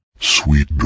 Sweet